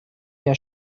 jahr